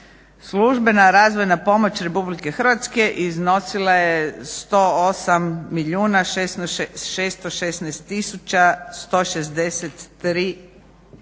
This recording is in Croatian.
službena razvojna pomoć RH iznosila je 108 milijuna 616 tisuća 163,37 kuna,